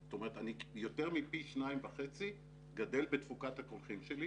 זאת אומרת יותר מפי שניים וחצי אני גדל בתפוקת הקולחים שלי.